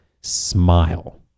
smile